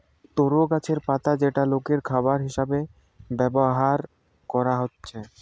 তরো গাছের পাতা যেটা লোকের খাবার হিসাবে ব্যভার কোরা হচ্ছে